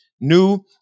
new